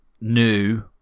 new